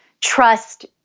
trust